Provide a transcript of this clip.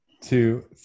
two